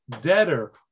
debtor